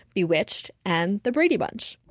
bewitched, and the brady bunch.